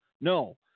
no